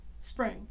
spring